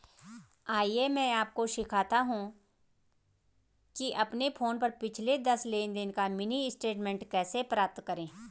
आइए मैं आपको सिखाता हूं कि अपने फोन पर पिछले दस लेनदेन का मिनी स्टेटमेंट कैसे प्राप्त करें